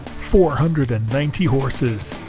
four hundred and ninety horses,